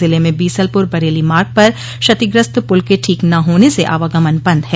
जिले में बीसलपुर बरेली मार्ग पर क्षतिग्रस्त पुल के ठीक न होने से आवागमन बंद है